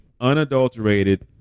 unadulterated